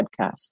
podcast